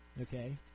Okay